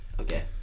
Okay